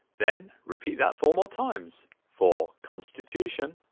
then repeat that four more times for constitution